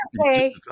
okay